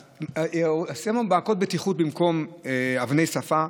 אז עשינו מעקות בטיחות במקום אבני שפה.